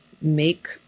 make